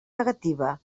negativa